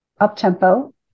up-tempo